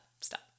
Stop